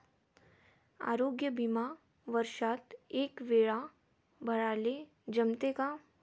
आरोग्य बिमा वर्षात एकवेळा भराले जमते का?